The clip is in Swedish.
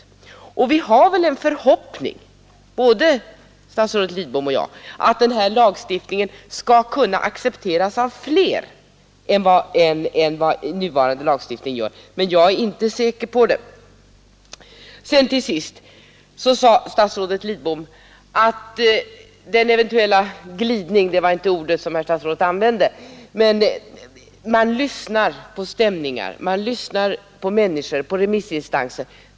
Både statsrådet och jag har väl den förhoppningen att denna lagstiftning skall kunna accepteras av fler än vad den nuvarande lagstiftningen gör, men jag är inte säker på det. Slutligen sade statsrådet Lidbom att man kan glida i sitt ställningstagande — men det var inte det ordet statsrådet använde — genom att lyssna på människor, på stämningar och remissinstanser.